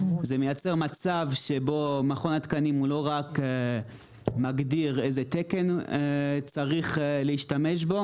זה מייצר מצב שבו מכון התקנים הוא לא רק מגדיר איזה תקן צריך להשתמש בו?